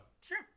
Sure